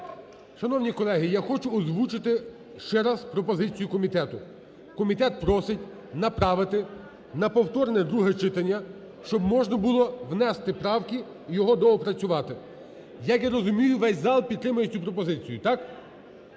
Шановні колеги, я хочу озвучити ще раз пропозицію комітету. Комітет просить направити на повторне друге читання, щоб можна було внести правки, його доопрацювати. Як я розумію, весь зал підтримує цю пропозицію, так?